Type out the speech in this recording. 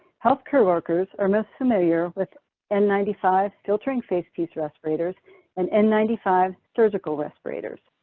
healthcare workers are most familiar with n nine five filtering face piece respirators and n nine five surgical respirators.